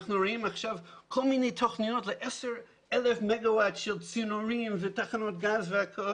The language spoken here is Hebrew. אנחנו רואים עכשיו כל מיני תוכניות ל-10,000 מגה-ואט של תחנות גז וכולי,